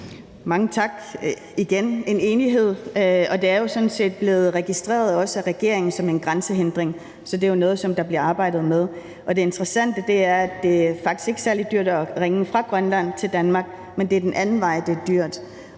enig, og det er sådan set også blevet registreret af regeringen som en grænsehindring, så det er jo noget, der bliver arbejdet med. Det interessante er, at det faktisk ikke er særlig dyrt at ringe fra Grønland til Danmark, men det er dyrt den anden vej. Det er